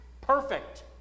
perfect